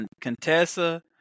Contessa